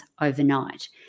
overnight